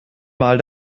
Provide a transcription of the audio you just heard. mal